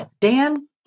Dan